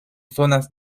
zonas